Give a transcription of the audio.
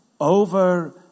over